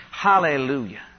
Hallelujah